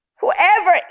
Whoever